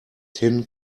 tin